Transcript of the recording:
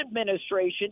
administration